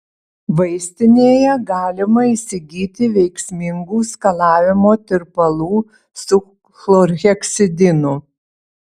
vaistinėje galima įsigyti veiksmingų skalavimo tirpalų su chlorheksidinu